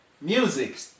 music